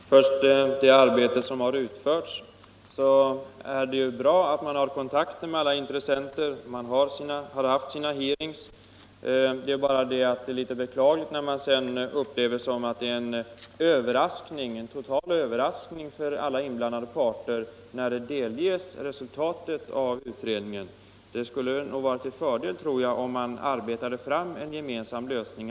Herr talman! Först vill jag säga om det arbete som har utförts att det är bra att man har haft kontakt med alla intressenter och att man har hållit hearings. Det är bara litet beklagligt att resultatet av utredningen sedan upplevs som en total överraskning för alla inblandade parter. Det skulle nog ha varit till fördel, om man hade arbetat fram en gemensam lösning.